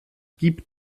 gibt